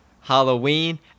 Halloween